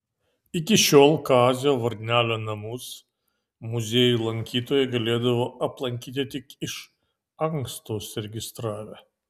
iki šiol kazio varnelio namus muziejų lankytojai galėdavo aplankyti tik iš anksto užsiregistravę